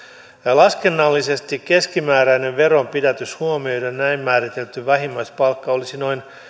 laskennallisesti keskimääräinen veronpidätys huomioiden näin määritelty vähimmäispalkka olisi noin